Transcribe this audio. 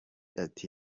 ati